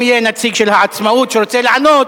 אם יהיה נציג של העצמאות שרוצה לענות,